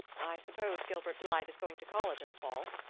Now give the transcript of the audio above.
i suppose gilbert blythe is going to college in the fall,